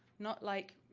not like